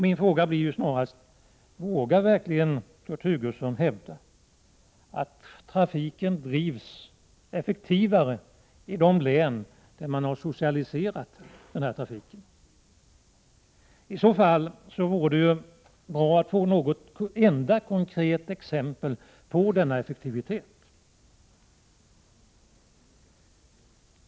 Min fråga blir: Vågar verkligen Kurt Hugosson hävda att trafiken drivs effektivare i de län där man har socialiserat den? I så fall vore det ju bra att få något enda konkret exempel på denna effektivitet.